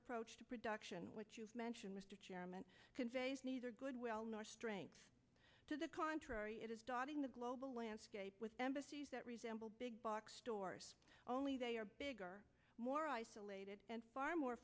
approach to production which you mention mr chairman conveys neither goodwill nor strength to the contrary it is dogging the global landscape with embassies that resemble big box stores only they are bigger more isolated and far more